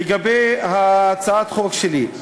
לגבי הצעת החוק שלי,